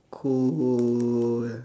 cool